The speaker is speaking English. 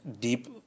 deep